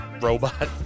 robot